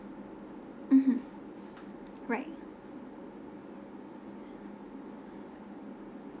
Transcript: mmhmm right